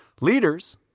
leaders